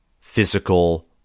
physical